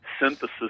synthesis